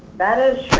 that is